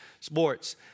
sports